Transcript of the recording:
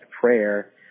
prayer